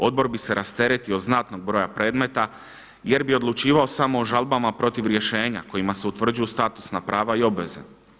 Odbor bi se rasteretio znatnog broja predmeta jer bi odlučivao samo o žalbama protiv rješenja kojima se utvrđuju statusna prava i obveze.